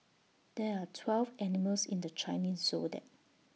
there're twelve animals in the Chinese Zodiac